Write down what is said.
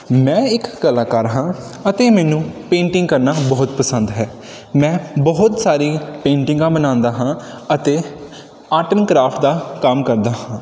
ਮੈਂ ਇੱਕ ਕਲਾਕਾਰ ਹਾਂ ਅਤੇ ਮੈਨੂੰ ਪੇਂਟਿੰਗ ਕਰਨਾ ਬਹੁਤ ਪਸੰਦ ਹੈ ਮੈਂ ਬਹੁਤ ਸਾਰੀ ਪੇਂਟਿੰਗਾਂ ਬਣਾਉਂਦਾ ਹਾਂ ਅਤੇ ਆਰਟ ਐਂਡ ਕ੍ਰਾਫਟ ਦਾ ਕੰਮ ਕਰਦਾ ਹਾਂ